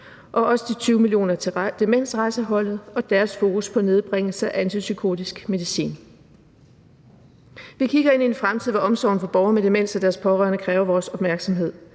og så 20 mio. kr. til demensrejseholdet og deres fokus på nedbringelse af antipsykotisk medicin. Vi kigger ind i en fremtid, hvor omsorgen for borgere med demens og deres pårørende kræver vores opmærksomhed.